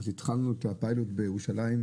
התחלנו את הפיילוט בירושלים,